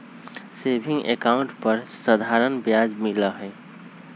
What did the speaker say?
saving account पर साधारण ब्याज मिला हई